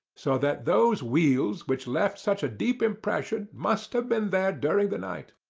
so that those wheels which left such a deep impression must have been there during the night.